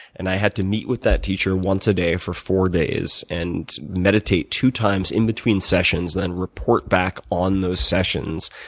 and i had to meet with that teacher once a day for four days and meditate two times in between sessions and then report back on those sessions.